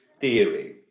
theory